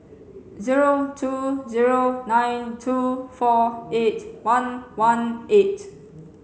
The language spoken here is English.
zero two zero nine two four eight one one eight